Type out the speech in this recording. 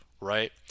right